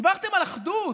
דיברתם על אחדות.